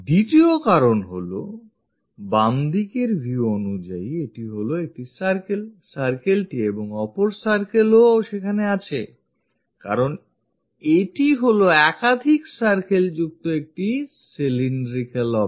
দ্বিতীয় কারণ হল বামদিকের view অনুযায়ী এটি হলো একটি circle circle টি এবং অপর circle ও সেখানে আছে কারণ এটি হলো একাধিক circle যুক্ত একটি cylindrical object